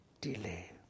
delay